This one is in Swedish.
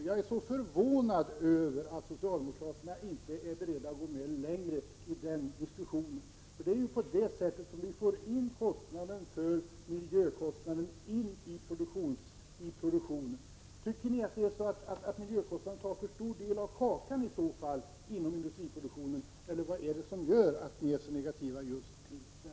Jag är mycket förvånad över att socialdemokraterna inte är beredda att gå med längre i den diskussionen. Miljökostnaderna måste komma in i produktionen. Tycker ni att de tar för stor del av kakan i industriproduktionen, eller vad är det annars som gör att ni är så negativa i den frågan?